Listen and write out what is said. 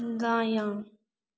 दायाँ